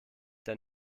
der